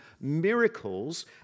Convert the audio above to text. miracles